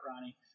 Ronnie